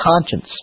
conscience